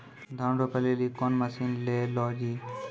धान रोपे लिली कौन मसीन ले लो जी?